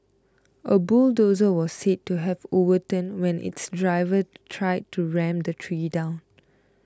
a bulldozer was said to have overturned when its driver tried to ram the tree down